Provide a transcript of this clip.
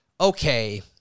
okay